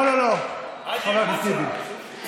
לא, לא, חבר הכנסת טיבי.